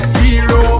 hero